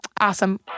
Awesome